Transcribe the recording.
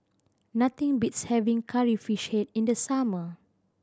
nothing beats having Curry Fish Head in the summer